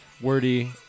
wordy